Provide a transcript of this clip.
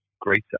greater